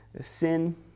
Sin